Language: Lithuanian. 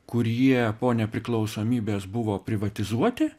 kurie po nepriklausomybės buvo privatizuoti